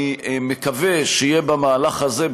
אני מקווה שיהיה במהלך הזה,